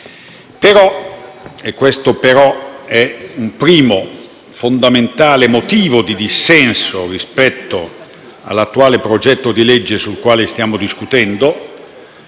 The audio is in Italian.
Però - e questo «però» è un primo fondamentale motivo di dissenso rispetto all'attuale progetto di legge del quale stiamo discutendo